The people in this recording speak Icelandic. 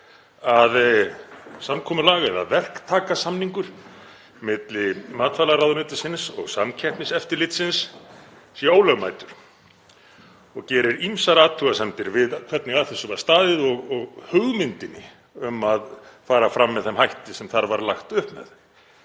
að samkomulag eða verktakasamningur milli matvælaráðuneytisins og Samkeppniseftirlitsins sé ólögmætur og gerir ýmsar athugasemdir við hvernig að þessu var staðið og hugmyndina um að fara fram með þeim hætti sem þar var lagt upp með.